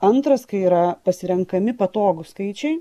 antras kai yra pasirenkami patogūs skaičiai